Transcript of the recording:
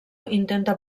intenta